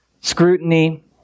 scrutiny